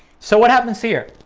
so what happens here?